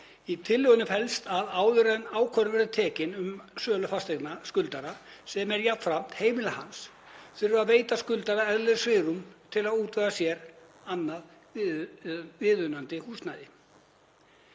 Í tillögunni felst að áður en ákvörðun verði tekin um sölu fasteignar skuldara sem er jafnframt heimili hans þurfi að veita skuldara eðlilegt svigrúm til að útvega sér annað viðunandi húsnæði.